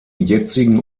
jetzigen